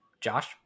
josh